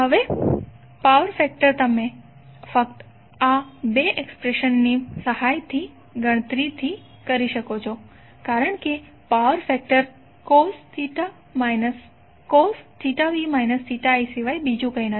હવે power factor તમે ફક્ત આ 2 એક્સપ્રેશનની સહાયથી ગણતરી કરી શકો છો કારણ કે power factor cos v i સિવાય બીજું કંઈ નથી